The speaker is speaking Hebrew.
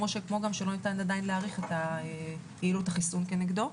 כמו גם שלא ניתן עדיין להעריך את יעילות החיסון כנגדו.